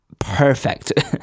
perfect